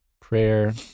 prayer